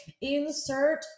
insert